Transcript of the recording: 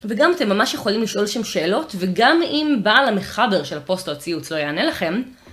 וגם אתם ממש יכולים לשאול שם שאלות, וגם אם בעל המחבר של הפוסט או הציוץ לא יענה לכם.